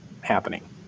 happening